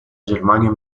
germania